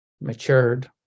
matured